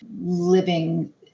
living